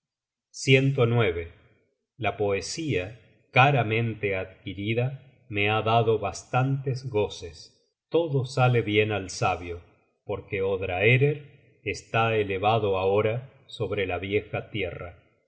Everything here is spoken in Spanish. mi vida la poesía caramente adquirida me ha dado bastantes goces todo sale bien al sabio porque odraerer está elevado ahora sobre la vieja tierra